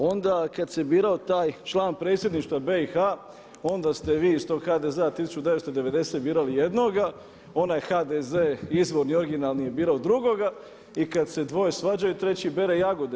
Onda kad se birao taj član Predsjedništva BiH onda ste vi iz tog HDZ-a 1990. birali jednog, onaj HDZ izvorni i originalni je birao drugoga i kad se dvoje svađaju treći bere jagode.